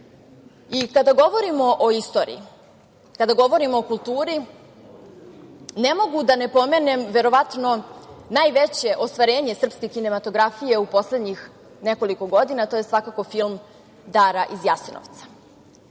nas. Kada govorimo o istoriji, kada govorimo o kulturi, ne mogu a da ne pomenem verovatno najveće ostvarenje srpske kinematografije u poslednjih nekoliko godina, a to je svakako film „Dara iz Jasenovca“.